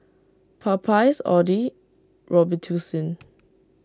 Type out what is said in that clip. Popeyes Audi Robitussin